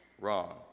wrong